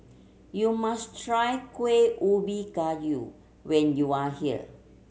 you must try Kuih Ubi Kayu when you are here